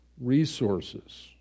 resources